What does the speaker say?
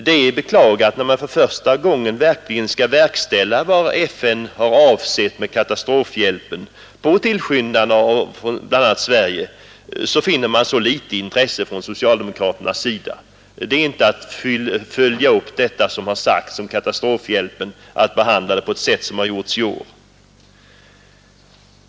Det är att beklaga att när man för första gången verkligen skall verkställa vad FN har avsett med katastrofhjälp, på tillskyndan av bl.a. Sverige, så finns det så litet intresse från socialdemokraterna. Att behandla frågan så som man gjort i år är inte att följa upp vad som har sagts om katastrofhjälpen.